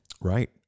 Right